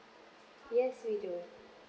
yes we do